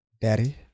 Daddy